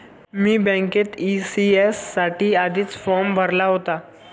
मी बँकेत ई.सी.एस साठी आधीच फॉर्म भरला होता